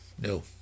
No